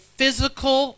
physical